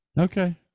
Okay